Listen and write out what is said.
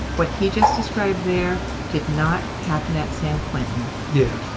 what he just described there did not happen at san quentin yeah.